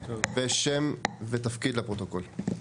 ושם ותפקיד לפרוטוקול.